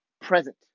present